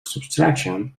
subtraction